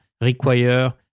require